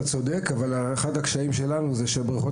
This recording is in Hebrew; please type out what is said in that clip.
אתה צודק אבל אחד הקשיים שלנו הוא שבריכות